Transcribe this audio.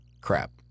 Crap